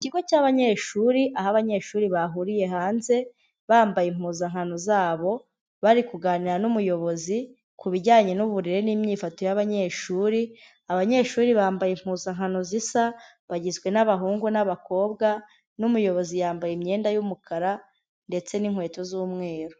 Ikigo cy'abanyeshuri aho abanyeshuri bahuriye hanze bambaye impuzankano zabo barikuganira n'umuyobozi ku bijyanye n'uburere n'imyifato y'abanyeshuri. Abanyeshuri bambaye impuzankano zisa bagizwe n'abahungu n'abakobwa n'umuyobozi yambaye imyenda y'umukara ndetse n'inkweto z'umweru.